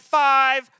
five